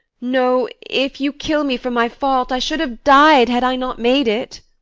know, if you kill me for my fault, i should have died had i not made it.